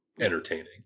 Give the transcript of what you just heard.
entertaining